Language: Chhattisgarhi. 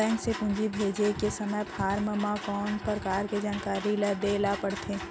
बैंक से पूंजी भेजे के समय फॉर्म म कौन परकार के जानकारी ल दे ला पड़थे?